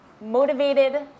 motivated